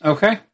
Okay